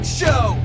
show